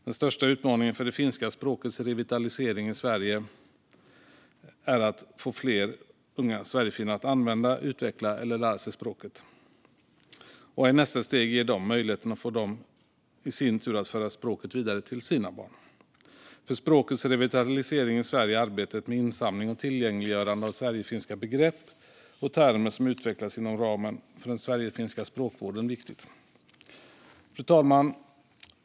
Den största utmaningen för det finska språkets revitalisering i Sverige är att få fler unga sverigefinnar att använda, utveckla eller lära sig språket och att i nästa steg ge dem möjligheten att i sin tur föra språket vidare till sina barn. För språkets revitalisering i Sverige är arbetet med insamling och tillgängliggörande av sverigefinska begrepp och termer som utvecklas inom ramen för den sverigefinska språkvården viktigt. Fru talman!